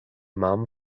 mam